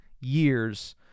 years